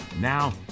now